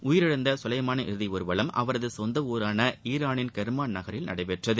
உயிரிழந்த கலைமானின் இறதி ஊர்வலம் அவரது சொந்த ஊரான ஈரானின் கெர்மான் நகரில் நடைபெற்றது